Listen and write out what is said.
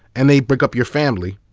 and they break up your family.